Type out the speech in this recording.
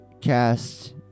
cast